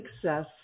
success